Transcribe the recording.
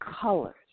colors